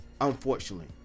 unfortunately